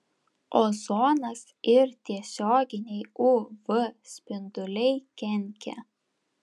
ozonas ir tiesioginiai uv spinduliai kenkia